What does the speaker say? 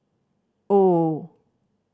O